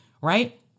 right